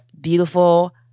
beautiful